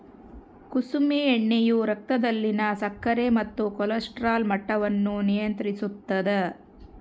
ಕುಸುಮೆ ಎಣ್ಣೆಯು ರಕ್ತದಲ್ಲಿನ ಸಕ್ಕರೆ ಮತ್ತು ಕೊಲೆಸ್ಟ್ರಾಲ್ ಮಟ್ಟವನ್ನು ನಿಯಂತ್ರಿಸುತ್ತದ